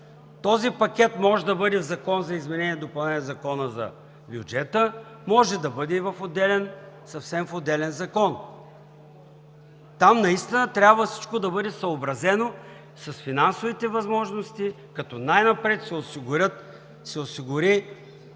Този пакет може да бъде закон за изменение и допълнение на Закона за бюджета, може да бъде и в съвсем отделен закон. Там наистина всичко трябва да бъде съобразено с финансовите възможности, като най-напред се осигури